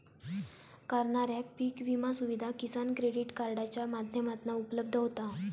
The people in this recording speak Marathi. करणाऱ्याक पीक विमा सुविधा किसान क्रेडीट कार्डाच्या माध्यमातना उपलब्ध होता